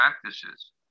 practices